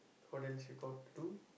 or else you got two